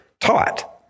taught